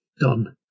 done